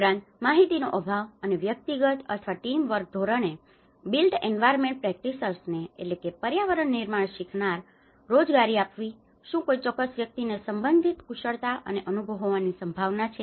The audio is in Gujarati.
ઉપરાંત માહિતીનો અભાવ અને વ્યક્તિગત અથવા ટીમવર્ક ધોરણે બિલ્ટ એન્વાયર્નમેન્ટ પ્રેક્ટિશનર્સને built environment practitioners પર્યાવરણ નિર્માણ શિખનાર રોજગારી આપવી શું કોઈ ચોક્કસ વ્યક્તિને સંબંધિત કુશળતા અને અનુભવ હોવાની સંભાવના છે